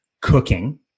cooking